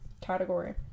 category